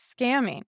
scamming